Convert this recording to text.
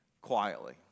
quietly